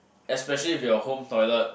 especially if your home toilet